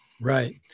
Right